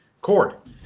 court